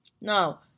Now